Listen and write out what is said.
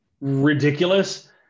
ridiculous